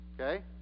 Okay